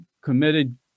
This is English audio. committed